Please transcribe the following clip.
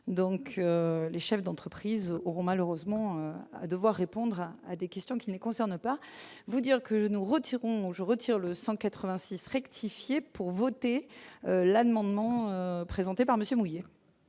donc les chefs d'entreprise auront malheureusement devoir répondre à des questions qui ne concernent pas vous dire que nous retirons au jour retire le 186 rectifier pour voter la demande non présenté par Monsieur.